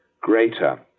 greater